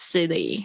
City